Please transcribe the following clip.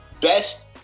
best